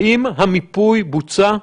האם המיפוי בוצע?